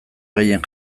gehien